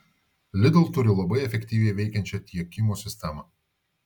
lidl turi labai efektyviai veikiančią tiekimo sistemą